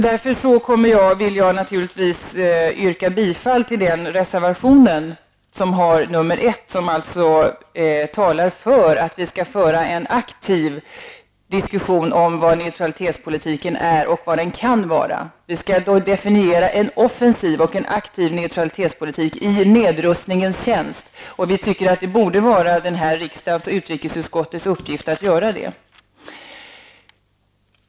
Därför vill jag naturligtvis yrka bifall till den reservation som har nr 1 och alltså talar för att vi skall få en aktiv diskussion om vad neutralitetspolitiken är och vad den kan vara. Vi skall definiera en offensiv och aktiv neutralitetspolitik i nedrustningens tjänst. Vi tycker att det borde vara riksdagens och utrikesutskottets uppgift att göra detta.